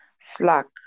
slack